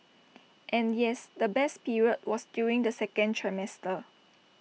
and yes the best period was during the second trimester